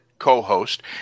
co-host